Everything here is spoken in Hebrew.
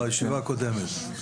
בישיבה הקודמת נתתי את הנתונים.